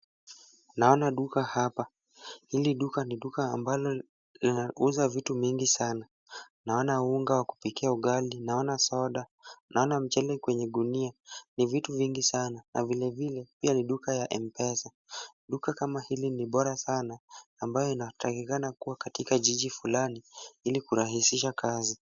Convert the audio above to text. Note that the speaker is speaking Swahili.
Naona duka hapa. Hili duka ni duka ambalo linauza vitu mingi sana. Naona unga wa kupikia ugali, naona soda, naona mchele kwenye gunia, ni vitu vingi sana na vilevile pia ni duka ya M-pesa. Duka kama hili ni bora sana, ambayo inatakikana kuwa katika jiji fulani ili kurahisisha kazi.